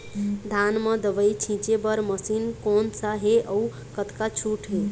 धान म दवई छींचे बर मशीन कोन सा हे अउ कतका छूट हे?